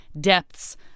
depths